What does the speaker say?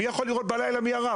מי יכול לראות בלילה מי ירה.